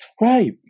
right